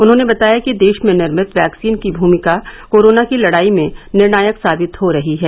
उन्होंने बताया कि देश में निर्मित वैक्सीन की भूमिका कोरोना की लड़ाई में निर्णायक साबित हो रही है